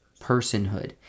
personhood